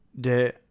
de